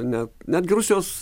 net netgi rusijos